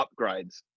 upgrades